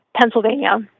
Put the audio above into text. Pennsylvania